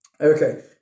Okay